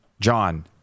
John